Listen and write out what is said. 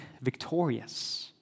victorious